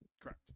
Correct